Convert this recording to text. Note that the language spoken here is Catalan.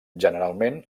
generalment